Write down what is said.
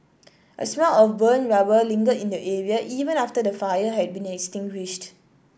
a smell of burnt rubber lingered in the area even after the fire had been extinguished